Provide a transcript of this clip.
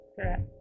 Correct